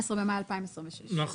18 במאי 2026. נכון.